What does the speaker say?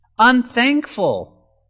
unthankful